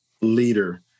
leader